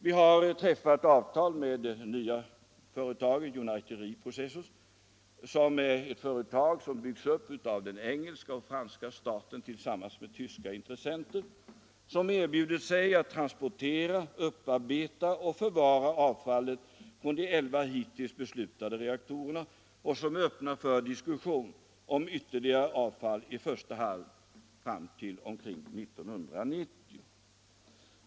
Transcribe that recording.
Vi har också träffat avtal med det nya företaget United Reprocessors, ett företag som byggs upp av engelska och franska staten tillsammans med tyska intressenter. Dessa företag erbjuder sig att transportera, upparbeta och förvara avfallet från de elva hittills beslutade reaktorerna och är öppna för diskussion om ytterligare avfall, i första hand fram till omkring 1990.